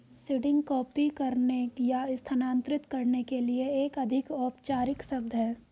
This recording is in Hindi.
सीडिंग कॉपी करने या स्थानांतरित करने के लिए एक अधिक औपचारिक शब्द है